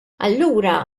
allura